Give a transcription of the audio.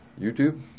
YouTube